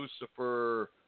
Lucifer